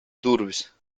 durvis